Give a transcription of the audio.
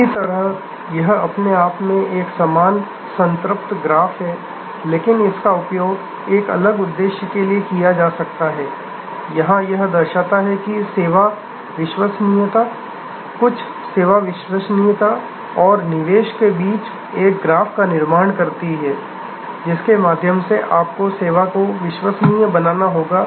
इसी तरह यह अपने आप में एक समान संतृप्त ग्राफ है लेकिन इसका उपयोग एक अलग उद्देश्य के लिए किया जा रहा है यहां यह दर्शाता है कि सेवा विश्वसनीयता कुछ सेवा विश्वसनीयता और निवेश के बीच एक ग्राफ का निर्माण करती है जिसके माध्यम से आपको सेवा को विश्वसनीय बनाना होगा